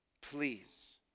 please